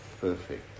perfect